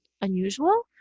unusual